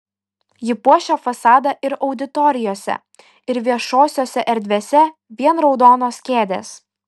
ji puošia fasadą ir auditorijose ir viešosiose erdvėse vien raudonos kėdės